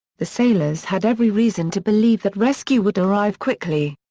the sailors had every reason to believe that rescue would arrive quickly.